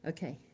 Okay